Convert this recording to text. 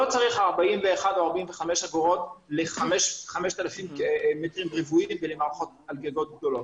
לא צריך 41 או 45 אגורות ל-5,000 מטרים רבועים ולמערכות על גגות גדולים.